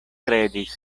kredis